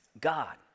God